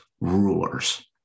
rulers